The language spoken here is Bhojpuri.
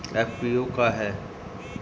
एफ.पी.ओ का ह?